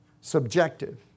subjective